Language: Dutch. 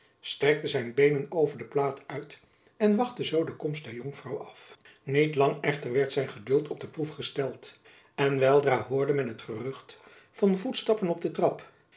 strekte zijn beenen over de plaat uit en wachtte zoo de komst der jonkvrouw af niet lang echter werd zijn geduld op de proef gesteld en weldra hoorde men het gerucht van voetstappen op den trap